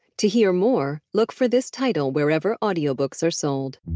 to hear more, look for this title wherever audio books are sold.